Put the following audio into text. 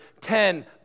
ten